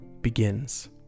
begins